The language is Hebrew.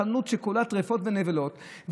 בחנות שכולה טרפות ונבלות,